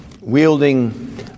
wielding